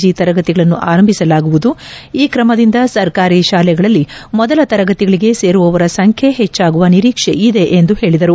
G ತರಗತಿಗಳನ್ನು ಆರಂಭಿಸಲಾಗುವುದು ಈ ಕ್ರಮದಿಂದ ಸರ್ಕಾರಿ ಶಾಲೆಗಳಲ್ಲಿ ಮೊದಲ ತರಗತಿಗಳಿಗೆ ಸೇರುವವರ ಸಂಖ್ಹೆ ಹೆಚ್ಚಾಗುವ ನಿರೀಕ್ಷೆ ಇದೆ ಎಂದು ಹೇಳಿದರು